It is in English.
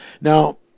Now